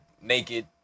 naked